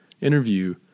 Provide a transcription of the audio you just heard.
interview